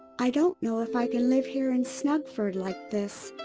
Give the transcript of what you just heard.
i don't know if i can live here in snuggford, like this.